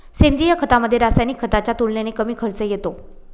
सेंद्रिय खतामध्ये, रासायनिक खताच्या तुलनेने कमी खर्च येतो